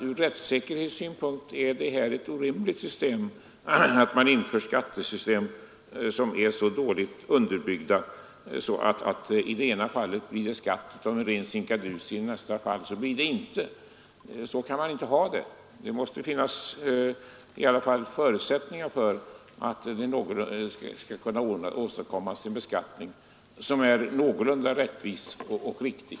Ur rättssäkerhetssynpunkt är det orimligt att införa ett skattesystem som är så dåligt underbyggt att det i det ena fallet blir skatt av en ren sinkadus och i det andra fallet blir det inte skatt. Så kan man inte ha det. Det måste i varje fall finnas förutsättningar för att åstadkomma en skatt som är någorlunda rättvis och riktig.